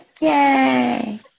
Yay